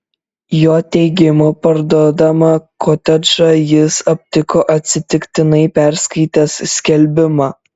jo teigimu parduodamą kotedžą jis aptiko atsitiktinai perskaitęs skelbimą